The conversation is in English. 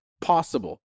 possible